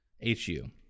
H-U